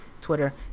Twitter